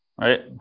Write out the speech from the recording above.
right